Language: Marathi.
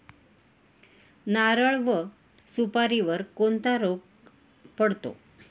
नारळ व सुपारीवर कोणता रोग पडतो?